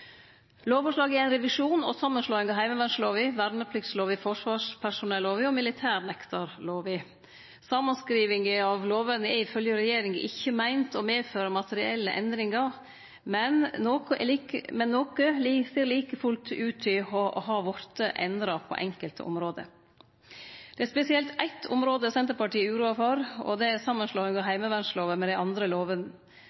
Lovforslaget er ein revisjon og ei samanslåing av heimevernlova, vernepliktslova, forsvarspersonellova og militærnektarlova. Samanskrivinga av lovene er ifølgje regjeringa ikkje meint å medføre materielle endringar, men noko ser like fullt ut til ha vorte endra på enkelte område. Det er spesielt eitt område Senterpartiet er uroa for, og det er samanslåinga av